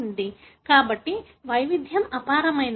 కాబట్టి వైవిధ్యం అపారమైనది